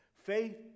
Faith